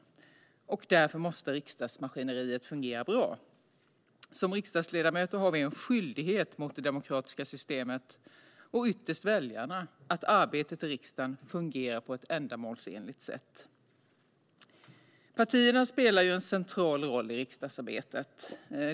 Därför måste riksdagsmaskineriet fungera väl. Som riksdagsledamöter har vi en skyldighet mot det demokratiska systemet och ytterst mot väljarna att se till att arbetet i riksdagen fungerar på ett ändamålsenligt sätt. Partierna spelar ju en central roll i riksdagsarbetet.